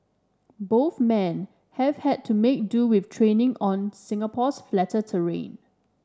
both men have had to make do with training on Singapore's flatter terrain